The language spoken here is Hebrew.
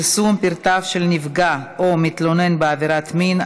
(פרסום פרטיו של נפגע או מתלונן בעבירת מין),